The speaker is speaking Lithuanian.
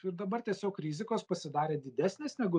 ir dabar tiesiog rizikos pasidarė didesnės negu